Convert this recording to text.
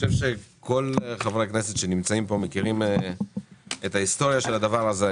כל חברי הכנסת שנמצאים פה מכירים את ההיסטוריה של הדבר הזה.